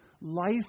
Life